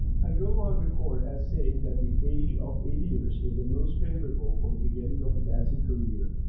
i go on record as saying that the age of eight years is the most favorable for the beginning of a dancing career,